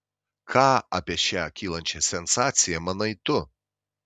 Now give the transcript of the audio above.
ką apie šią kylančią sensaciją manai tu